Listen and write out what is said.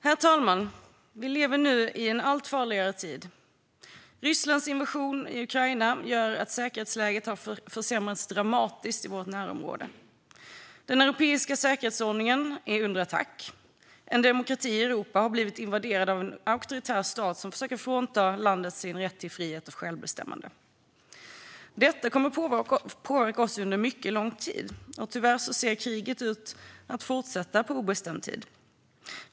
Herr talman! Vi lever nu i en allt farligare tid. Rysslands invasion i Ukraina har gjort att säkerhetsläget försämrats dramatiskt i vårt närområde. Den europeiska säkerhetsordningen är under attack. En demokrati i Europa har blivit invaderad av en auktoritär stat som försöker frånta landet dess rätt till frihet och självbestämmande. Detta kommer att påverka oss under mycket lång tid. Tyvärr ser kriget ut att fortsätta på obestämd tid.